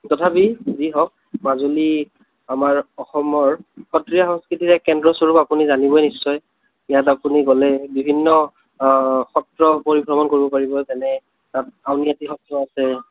তথাপি যি হওক মাজুলী আমাৰ অসমৰ সত্ৰীয়া সংস্কৃতিৰ এক কেন্দ্ৰস্বৰূপ আপুনি জানিবই নিশ্চয় ইয়াত আপুনি গ'লে বিভিন্ন সত্ৰ পৰিভ্ৰমণ কৰিব পাৰিব যেনে তাত আউনীআাটী সত্ৰ আছে